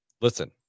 listen